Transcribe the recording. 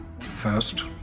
first